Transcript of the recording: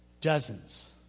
Dozens